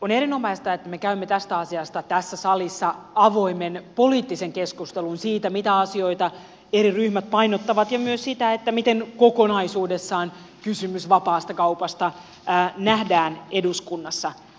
on erinomaista että me käymme tästä asiasta tässä salissa avoimen poliittisen keskustelun siitä mitä asioita eri ryhmät painottavat ja myös siitä miten kokonaisuudessaan kysymys vapaasta kaupasta nähdään eduskunnassa